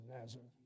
Nazareth